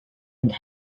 and